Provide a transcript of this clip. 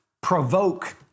provoke